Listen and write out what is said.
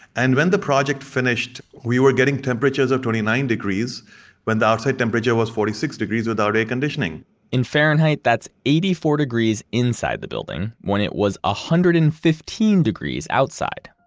and when the project finished, we were getting temperatures of twenty nine degrees when the outside temperature was forty six degrees without air conditioning in fahrenheit, that's eighty four degrees inside the building when it was one ah hundred and fifteen degrees outside.